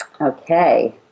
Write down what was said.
okay